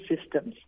systems